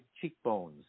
cheekbones